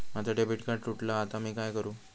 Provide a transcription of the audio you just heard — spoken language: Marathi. माझा डेबिट कार्ड तुटला हा आता मी काय करू?